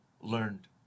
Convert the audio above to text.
learned